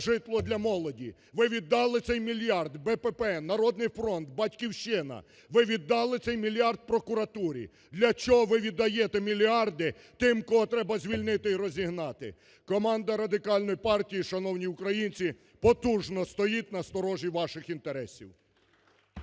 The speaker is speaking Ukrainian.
житло для молоді? Ви віддали цей мільярд: БПП, "Народний фронт", "Батьківщина", ви віддали цей мільярд прокуратурі, для чого ви віддаєте мільярди тим кого треба звільнити і розігнати? Команда Радикальної партії, шановні українці, потужно стоїть на сторожі ваших інтересів.